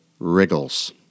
wriggles